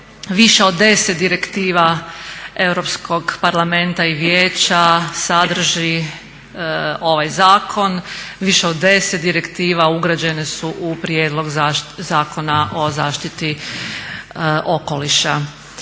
Više od 10 direktiva Europskog parlamenta i vijeća sadrži ovaj zakon, više od 10 direktiva ugrađene su u prijedlog Zakona o zaštiti okoliša.